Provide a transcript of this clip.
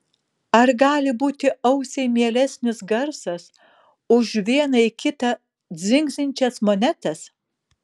ar gali būti ausiai mielesnis garsas už viena į kitą dzingsinčias monetas